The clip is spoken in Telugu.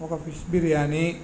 ఒక ఫిష్ బిర్యానీ